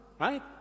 Right